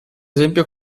esempio